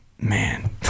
man